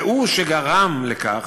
והוא שגרם לכך